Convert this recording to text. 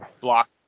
block